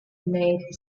made